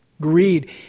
Greed